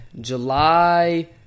July